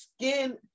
skin